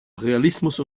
realismus